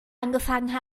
angefangen